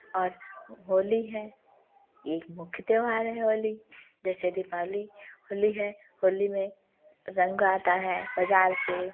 और होली है एक मुख्य त्योहार है होली जैसे दीपावली होली है होली में रंग आता है बाज़ार से